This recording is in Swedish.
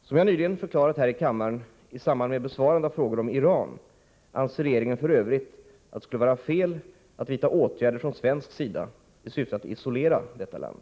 Som jag nyligen förklarat här i kammaren i samband med besvarande av frågor om Iran anser regeringen f. ö. att det skulle var fel att vidta åtgärder från svensk sida i syfte att isolera detta land.